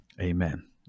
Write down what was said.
Amen